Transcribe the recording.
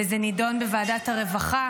וזה נדון בוועדת הרווחה